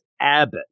Abbott